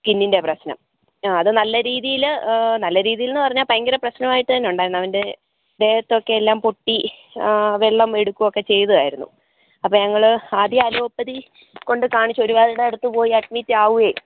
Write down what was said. സ്കിന്നിൻ്റെ പ്രശ്നം അഹ് അത് നല്ല രീതീയിൽ നല്ല രീതീൽ പറഞ്ഞാൽ പയങ്കര പ്രശ്നയിട്ട് തന്നെ ഉണ്ടാരുന്നു അവൻ്റെ ദേഹത്തൊക്കെ എല്ലാം പൊട്ടി അഹ് വെള്ളം എടുക്കൊക്കെ ചെയ്തതാരുന്നു അപ്പോൾ ഞങ്ങൾ ആദ്യം അലോപ്പതി കൊണ്ടകാണിച്ചു ഒരുപാടടുത്തുപോയി അഡ്മിറ്റ് ആവുവേം